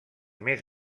més